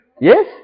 Yes